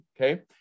okay